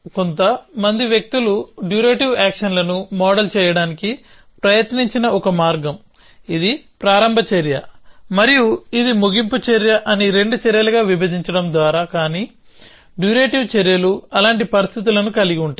కొంత మంది వ్యక్తులు డ్యూరేటివ్ యాక్షన్లను మోడల్ చేయడానికి ప్రయత్నించిన ఒక మార్గం ఇది ప్రారంభ చర్య మరియు ఇది ముగింపు చర్య అని రెండు చర్యలుగా విభజించడం ద్వారా కానీ డ్యూరేటివ్ చర్యలు అలాంటి పరిస్థితులను కలిగి ఉంటాయి